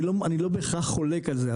אני לא בהכרח חולק על זה,